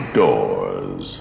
doors